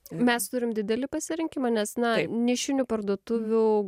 mes turim didelį pasirinkimą nes na nišinių parduotuvių